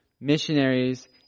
missionaries